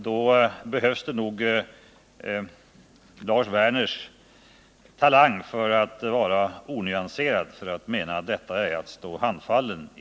Då behövs det nog Lars Werners talang för att vara onyanserad för att mena att regeringen står handfallen.